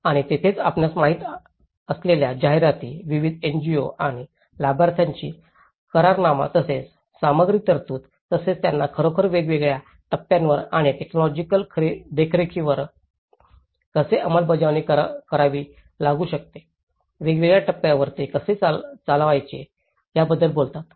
आणि येथेच आपल्यास माहित असलेल्या जाहिराती विविध एनजीओ आणि लाभार्थ्यांशी करारनामा तसेच सामग्रीच्या तरतूदी तसेच त्यांना खरोखर वेगवेगळ्या टप्प्यांवर आणि टेक्नॉलॉजिकल देखरेखीवर कसे अंमलबजावणी करावी लागू शकते वेगवेगळ्या टप्प्यावर ते कसे चालवावे याबद्दल बोलतात